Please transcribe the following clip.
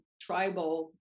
tribal